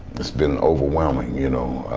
it's been overwhelming, you know.